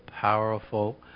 powerful